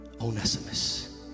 Onesimus